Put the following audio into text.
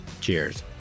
Cheers